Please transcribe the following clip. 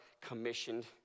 commissioned